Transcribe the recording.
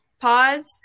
pause